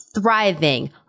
thriving